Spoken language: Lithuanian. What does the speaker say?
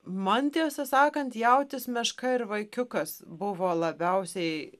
man tiesą sakant jautis meška ir vaikiukas buvo labiausiai